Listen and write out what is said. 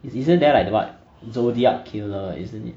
is isn't there like what zodiac killer isn't it